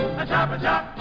a-chop-a-chop